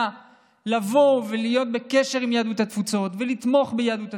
לבוא ולהיות בקשר עם יהדות התפוצות ולתמוך ביהדות התפוצות.